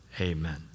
Amen